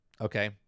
okay